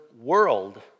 world